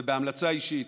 ובהמלצה אישית,